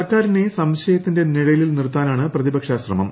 സർക്കാരിനെ സംശയത്തിന്റെ നിഴലിൽ നിർത്താനാണ് പ്രതിപക്ഷ ശ്രമം